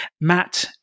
Matt